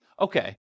okay